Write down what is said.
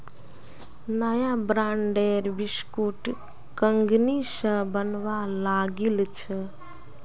नया ब्रांडेर बिस्कुट कंगनी स बनवा लागिल छ